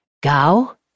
Gao